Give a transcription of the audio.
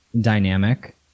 dynamic